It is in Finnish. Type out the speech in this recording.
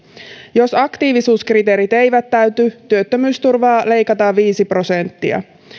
jos aktiivisuuskriteerit eivät täyty työttömyysturvaa leikataan viisi prosenttia